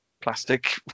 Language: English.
plastic